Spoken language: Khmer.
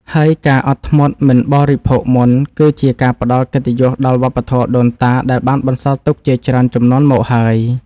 ហើយការអត់ធ្មត់មិនបរិភោគមុន គឺជាការផ្តល់កិត្តិយសដល់វប្បធម៌ដូនតាដែលបានបន្សល់ទុកជាច្រើនជំនាន់មកហើយ។